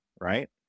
right